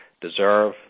deserve